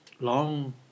long